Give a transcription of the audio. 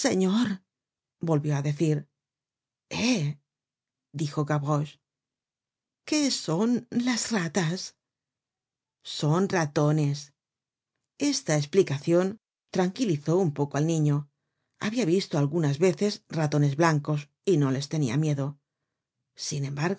volvió á decir eh dijo gavroche qué son las ratas son ratones esta esplicacion tranquilizó un poco al niño habia visto algunas veces ratones blancos y no les tenia miedo sin embargo